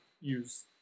use